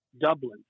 Dublin